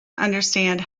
understand